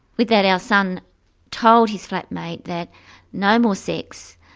with that, our son told his flatmate that no more sex,